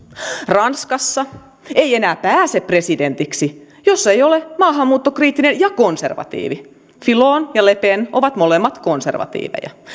ranskassa ei enää pääse presidentiksi jos ei ole maahanmuuttokriittinen ja konservatiivi fillon ja le pen ovat molemmat konservatiiveja